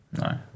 No